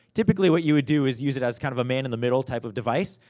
typically what you would do is, use it as, kind of, a man in the middle type of device.